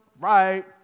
Right